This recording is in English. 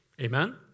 Amen